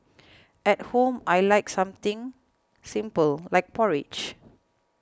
at home I like something simple like porridge